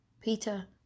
Peter